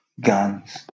guns